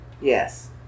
Yes